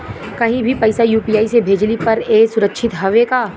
कहि भी पैसा यू.पी.आई से भेजली पर ए सुरक्षित हवे का?